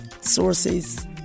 sources